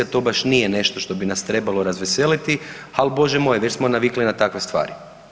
To baš nije nešto što bi nas trebalo razveseliti, ali Bože moj već smo navikli na takve stvari.